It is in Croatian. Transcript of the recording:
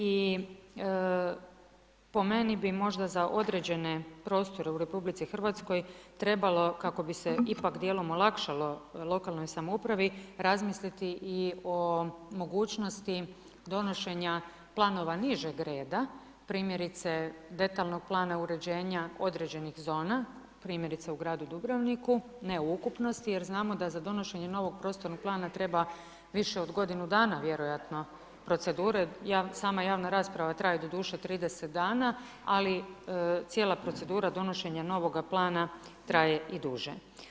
I po meni bi možda za određene prostore u RH trebalo kako bi se ipak djelom olakšalo lokalnoj samoupravi razmisliti i o mogućnosti donošenja planova nižeg reda, primjerice detaljnog plana uređenja određenih zona, primjerice u gradu Dubrovniku, ne u ukupnosti jer znamo da za donošenje novog prostornog plana treba više od godinu dana vjerojatno procedure jer sama javna rasprava traje doduše 30 dana ali cijela procedura donošenja novoga plana traje i duže.